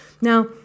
Now